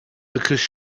because